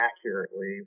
accurately